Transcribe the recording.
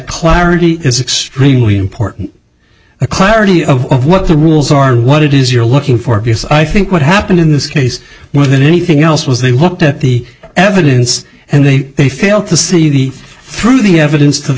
clarity is extremely important a clarity of what the rules are and what it is you're looking for because i think what happened in this case more than anything else was they looked at the evidence and they they failed to see the through the evidence to the